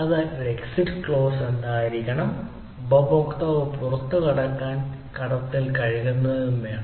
അതിനാൽ exit clause എന്തായിരിക്കണം ഉപഭോക്താവ് പുറത്തുകടക്കാൻ ഒരു ഘട്ടത്തിൽ കരുതുക അല്ലെങ്കിൽ എനിക്ക് അത് നൽകാൻ കഴിയില്ലെന്ന് ദാതാക്കൾ പറയുന്നു